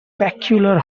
peculiar